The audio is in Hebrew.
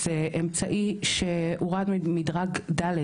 זה אמצעי שהוגדר מדרג ד'.